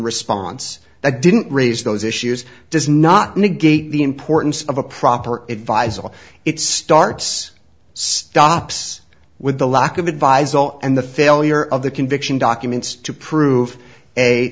response that didn't raise those issues does not negate the importance of a proper advise all it starts stops with the lack of advise all and the failure of the conviction documents to prove a